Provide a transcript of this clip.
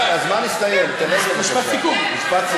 די, הזמן הסתיים, משפט